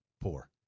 poor